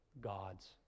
gods